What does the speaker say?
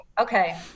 Okay